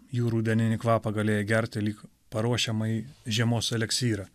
jų rudeninį kvapą galėjai gerti lyg paruošiamąjį žiemos eliksyrą